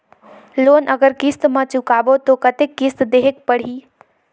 Loan अगर किस्त म चुकाबो तो कतेक किस्त देहेक पढ़ही?